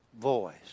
voice